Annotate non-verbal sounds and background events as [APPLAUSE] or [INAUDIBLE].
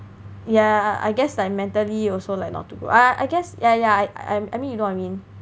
yeah I guess like mentally also like not too good ah I guess ya ya I I mean you know what I mean [NOISE]